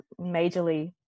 majorly